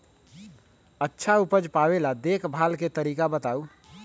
अच्छा उपज पावेला देखभाल के तरीका बताऊ?